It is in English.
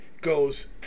goes